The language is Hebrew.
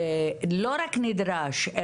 לא רק נדרש,